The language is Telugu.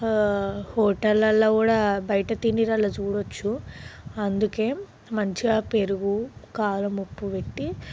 హోటల్లో కూడా బయట తిళ్ళలో చూడవచ్చు అందుకే మంచిగా పెరుగు కారం ఉప్పు పెట్టి